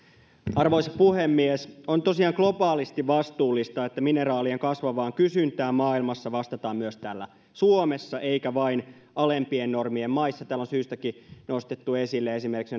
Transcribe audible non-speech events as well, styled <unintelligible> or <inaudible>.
arvoisa puhemies on tosiaan globaalisti vastuullista että mineraalien kasvavaan kysyntään maailmassa vastataan myös täällä suomessa eikä vain alempien normien maissa täällä on syystäkin nostettu esille esimerkiksi <unintelligible>